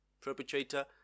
perpetrator